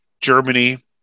Germany